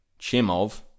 Chimov